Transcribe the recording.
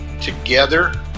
together